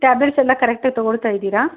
tablets ಎಲ್ಲ ಕರೆಕ್ಟಾಗಿ ತಗೊಳ್ತಾ ಇದ್ದೀರಾ